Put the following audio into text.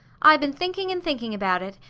i been thinking and thinking about it,